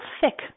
thick